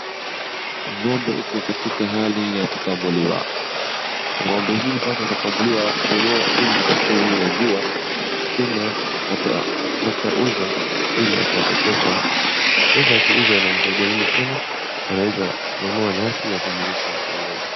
Ng'ombe iko katika hali ya kukamuliwa, ng'ombe hii baada ya kukamuliwa mwenyewe Hima atakunywa hii maziwa, Hima atauza ili apate pesa, pesa akiuza inamsaidia nini tena, anaweza nunua nyasi ya kumlisha hii ng'ombe.